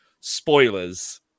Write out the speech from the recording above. spoilers